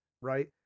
right